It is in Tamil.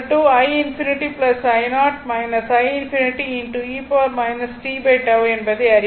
t 0 என்று இருந்தால் என்பதை அறிவோம்